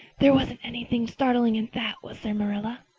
there wasn't anything startling in that, was there, marilla?